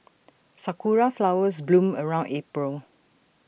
Sakura Flowers bloom around April